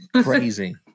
Crazy